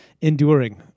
enduring